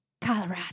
Colorado